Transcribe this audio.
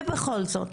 ובכל זאת,